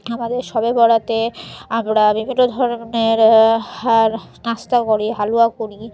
আমাদের শবে বরাতে আমরা বিভিন্ন ধরনের আর নাস্তা করি হালুয়া করি